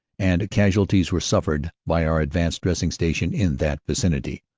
and casualties were suffered by our ad vanced dressing station in that vicinity,